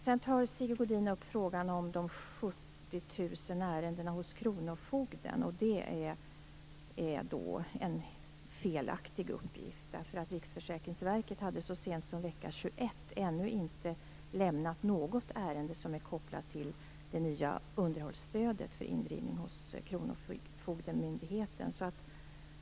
Sigge Godin tar också upp frågan om de 70 000 ärendena hos kronofogden. Det är en felaktig uppgift. ännu inte lämnat något ärende som är kopplat till det nya underhållsstödet för indrivning hos kronofogdemyndigheten.